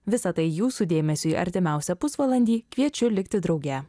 visa tai jūsų dėmesiui artimiausią pusvalandį kviečiu likti drauge